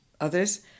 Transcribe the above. others